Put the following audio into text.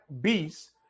beast